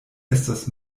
estas